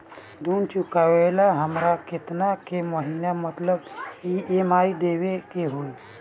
ऋण चुकावेला हमरा केतना के महीना मतलब ई.एम.आई देवे के होई?